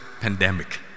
pandemic